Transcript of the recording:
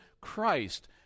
Christ